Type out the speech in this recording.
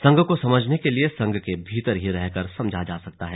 संघ को समझने के लिए संघ के भीतर ही रहकर समझा जा सकता है